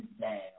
now